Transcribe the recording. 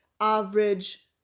average